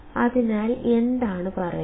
അതിനാൽ എന്താണ് പറയുന്നത്